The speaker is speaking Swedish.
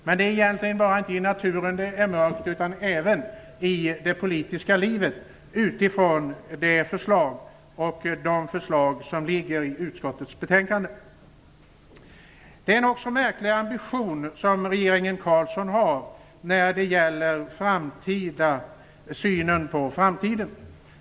Men det är egentligen inte bara i naturen som det är mörkt utan även i det politiska livet, med tanke på de förslag som ligger i utskottets betänkande. Det är en märklig ambition som regeringen Carlsson har när det gäller synen på framtiden.